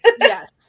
Yes